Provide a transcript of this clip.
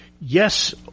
yes